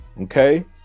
okay